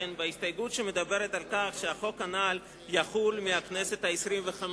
בהסתייגות שמדברת על כך שהחוק הנ"ל יחול מהכנסת ה-25.